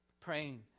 Praying